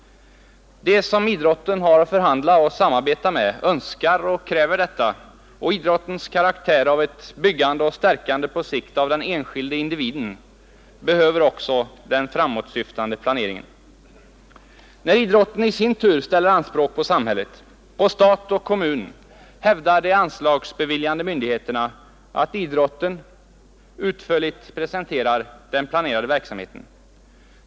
De som idrotten har att förhandla och samarbeta med önskar och kräver detta. Idrottens karaktär av byggande och stärkande på sikt av den enskilda individen kräver också en framåtsyftande planering. När idrotten i sin tur ställer anspråk på samhället, på stat och kommun, kräver de anslagsbeviljande myndigheterna att idrotten utför ligt presenterar den planerade verksamheten.